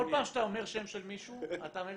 כל פעם שאתה אומר שם של מישהו אתה מרים